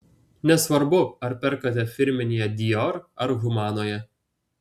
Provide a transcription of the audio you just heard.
nesvarbu ar perkate firminėje dior ar humanoje